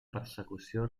persecució